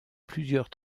plusieurs